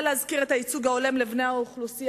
מסתבר שהוא גם לא יודע את עצמו.